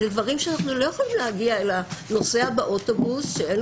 אנחנו לא יכולים להגיע אל הנוסע באוטובוס שאין